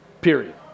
Period